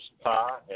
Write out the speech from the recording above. pie